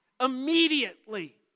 Immediately